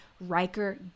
Riker